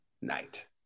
night